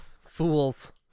Fools